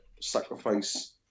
sacrifice